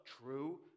true